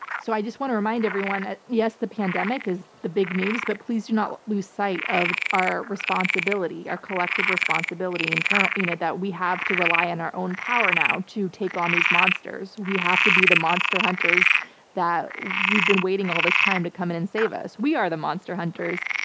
so i just want to remind everyone that yes, the pandemic is the big news, but please do not lose sight of our responsibility, our collective responsibility internally you know that we have, to rely on our own power now to take on these monsters. we have to be the monster that we've been waiting all this time to come in and save us. we are the monster hunters.